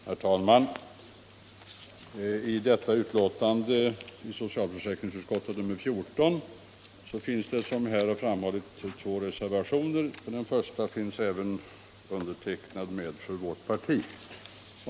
Herr talman! I detta socialförsäkringsutskottets betänkande nr 14 finns det, som här har framhållits, två reservationer, och på den första finns jag med som representant för folkpartiet.